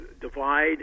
divide